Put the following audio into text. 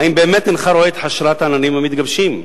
האם באמת אינך רואה את חשרת העננים המתגבשים,